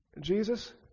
Jesus